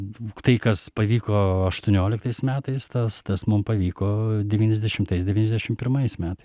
būk tai kas pavyko aštuonioliktais metais tas tas mum pavyko devyniasdešimtais devyniasdešimt pirmais metais